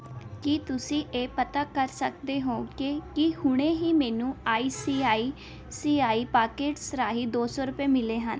ਕੀ ਤੁਸੀਂ ਇਹ ਪਤਾ ਕਰ ਸਕਦੇ ਹੋ ਕਿ ਕੀ ਹੁਣੇ ਹੀ ਮੈਨੂੰ I C I C I pockets ਰਾਹੀਂ ਦੋ ਸੌ ਰੁਪਏ ਮਿਲੇ ਹਨ